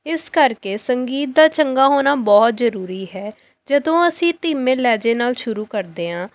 ਇਸ ਕਰਕੇ ਸੰਗੀਤ ਦਾ ਚੰਗਾ ਹੋਣਾ ਬਹੁਤ ਜ਼ਰੂਰੀ ਹੈ ਜਦੋਂ ਅਸੀਂ ਧੀਮੇ ਲਹਿਜੇ ਨਾਲ ਸ਼ੁਰੂ ਕਰਦੇ ਹਾਂ